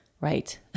right